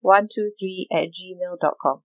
one two three at gmail dot com